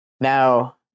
Now